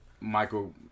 Michael